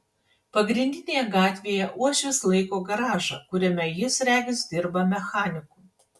pagrindinėje gatvėje uošvis laiko garažą kuriame jis regis dirba mechaniku